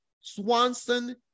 Swanson